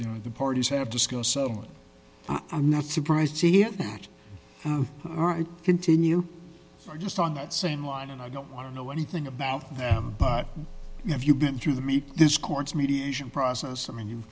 you know the parties have discussed so i'm not surprised to hear that all right continue just on that same line and i don't want to know anything about them but have you been through the meet this court's mediation process i mean you